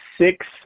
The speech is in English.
six